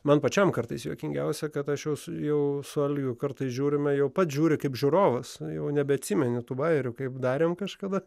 man pačiam kartais juokingiausia kad aš jos jau su algiu kartais žiūrime jau pats žiūri kaip žiūrovas jau nebeatsimeni tų bajerių kaip darėm kažkada